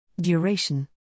Duration